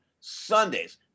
sundays